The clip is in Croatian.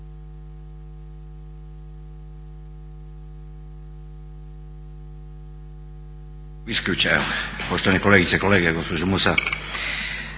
Hvala vam